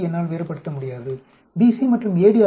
யை என்னால் வேறுபடுத்த முடியாது BC மற்றும் AD